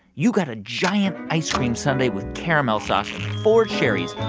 you got a giant ice cream sundae with caramel sauce and four cherries,